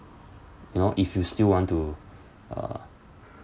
you know if you still want to uh